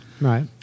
Right